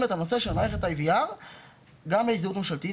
את הנושא של מערכת IVR גם להזדהות ממשלתיים,